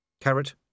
Carrot